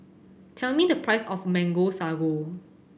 tell me the price of Mango Sago